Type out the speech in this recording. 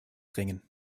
drängen